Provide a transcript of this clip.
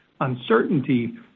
uncertainty